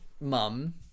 mum